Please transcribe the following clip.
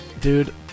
dude